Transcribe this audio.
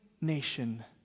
nation